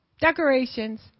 decorations